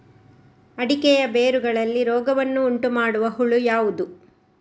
ಅಡಿಕೆಯ ಬೇರುಗಳಲ್ಲಿ ರೋಗವನ್ನು ಉಂಟುಮಾಡುವ ಹುಳು ಯಾವುದು?